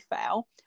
fail